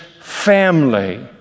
family